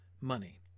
money